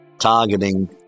targeting